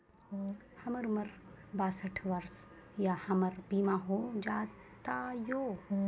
हमर उम्र बासठ वर्ष या हमर बीमा हो जाता यो?